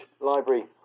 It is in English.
library